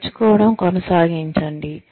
నేర్చుకోవడం కొనసాగించండి